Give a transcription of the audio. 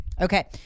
Okay